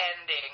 ending